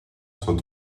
sans